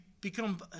become